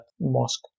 mosque